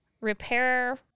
repair